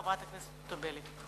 חברת הכנסת ציפי חוטובלי.